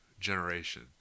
generation